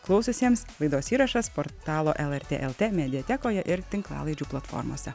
klausiusiems laidos įrašas portalo lrt lt mediatekoje ir tinklalaidžių platformose